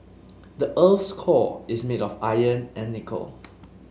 the earth's core is made of iron and nickel